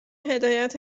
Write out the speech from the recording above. هدایت